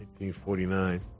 1949